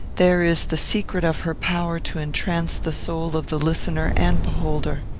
there is the secret of her power to entrance the soul of the listener and beholder.